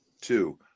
Two